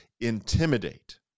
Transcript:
intimidate